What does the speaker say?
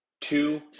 two